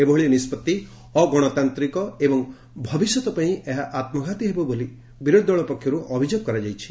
ଏଭଳି ନିଷ୍ବଭି ଅଗଣତାନ୍ତିକ ଏବଂ ଭବିଷ୍ୟତପାଇଁ ଏହା ଆତ୍କଘାତୀ ହେବ ବୋଲି ବିରୋଧି ଦଳ ପକ୍ଷରୁ ଅଭିଯୋଗ କରାଯାଇଛି